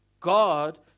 God